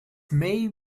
may